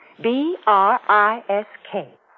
B-R-I-S-K